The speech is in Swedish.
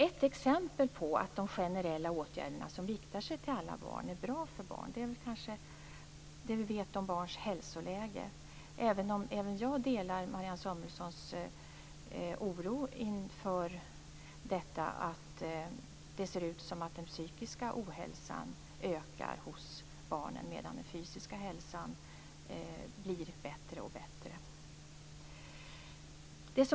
Ett exempel på att de generella åtgärderna, som alltså riktar sig till alla barn, är bra för barnen är väl vad vi vet om barns hälsoläge. Även jag delar Marianne Samuelssons oro inför detta med att det ser ut som att den psykiska ohälsan ökar hos barnen, medan den fysiska hälsan blir allt bättre.